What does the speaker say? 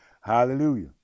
hallelujah